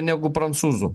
negu prancūzų